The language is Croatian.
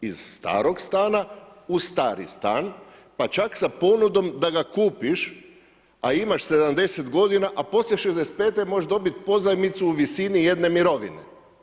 Iz starog stana u stari u stan pa čak sa ponudom da ga kupiš, a imaš 70 godina, a poslije 65 možeš dobit pozajmicu u visini jedne mirovine.